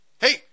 Hey